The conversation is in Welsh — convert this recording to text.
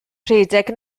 rhedeg